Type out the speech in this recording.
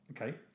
Okay